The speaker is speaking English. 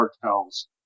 cartels